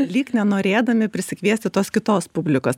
lyg nenorėdami prisikviesti tos kitos publikos